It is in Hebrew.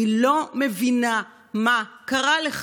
אני לא מבינה מה קרה לך.